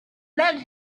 lead